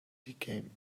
became